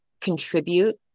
contribute